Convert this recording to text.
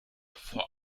vor